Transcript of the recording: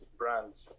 brands